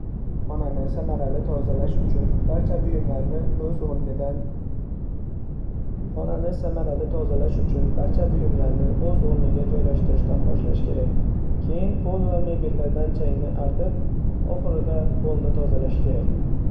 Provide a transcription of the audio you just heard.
Xonani samarali tozalash uchun barcha buyumlarni o‘z o‘rnidan. Xonani samarali tozalash uchun barcha buyumlarni o‘z o‘rniga joylashtirishdan boshlash kerak. Keyin pol va mebellardan changni arting va oxirida polni tozalash kerak!